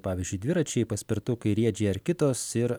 pavyzdžiui dviračiai paspirtukai riedžiai ar kitos ir